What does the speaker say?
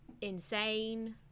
insane